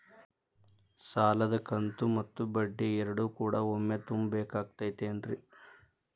ಸಾಲದ ಕಂತು ಮತ್ತ ಬಡ್ಡಿ ಎರಡು ಕೂಡ ಒಮ್ಮೆ ತುಂಬ ಬೇಕಾಗ್ ತೈತೇನ್ರಿ?